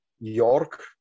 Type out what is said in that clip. York